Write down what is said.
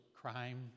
crime